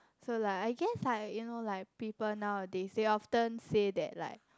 so like I guess like you know like people nowadays they often say that like